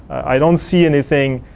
i don't see anything